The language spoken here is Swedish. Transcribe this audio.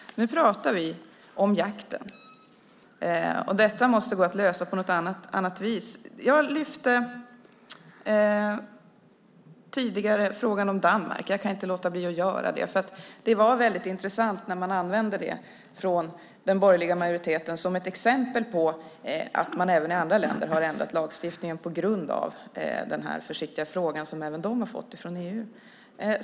Nu pratar vi om jakten. Detta måste gå att lösa på något annat vis. Jag lyfte tidigare fram Danmark. Jag kan inte låta bli att göra det. Det var väldigt intressant när den borgerliga majoriteten använde det som ett exempel på att man även i andra länder har ändrat lagstiftningen på grund av den försiktiga fråga som även de har fått från EU.